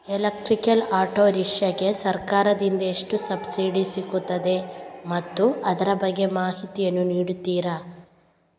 Electrical auto rickshaw ಗೆ ಸರ್ಕಾರ ದಿಂದ ಎಷ್ಟು ಸಬ್ಸಿಡಿ ಸಿಗುತ್ತದೆ ಮತ್ತು ಅದರ ಬಗ್ಗೆ ಮಾಹಿತಿ ಯನ್ನು ನೀಡುತೀರಾ?